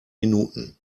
minuten